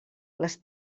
les